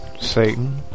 Satan